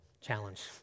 challenge